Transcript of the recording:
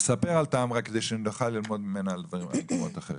ספר על טמרה כדי שנוכל ללמוד ממנה על מקומות אחרים,